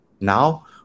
now